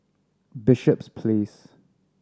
Bishops Place